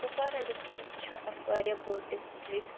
Kupwara district چھِ اَکھ واریاہ بوٚڑ ڈِسٹِرٛکٹ